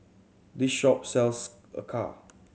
this shop sells acar